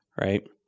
right